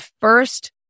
first